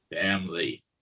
family